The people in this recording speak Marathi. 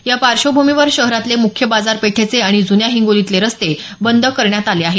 या पार्श्वभूमीवर शहरातले मुख्य बाजारपेठेचे आणि जुन्या हिंगोलीतले सर्व रस्ते बंद करण्यात आले आहेत